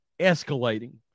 escalating